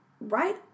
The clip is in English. right